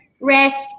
rest